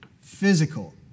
physical